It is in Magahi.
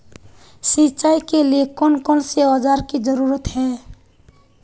सिंचाई के लिए कौन कौन से औजार की जरूरत है?